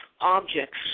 objects